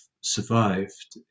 survived